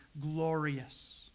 glorious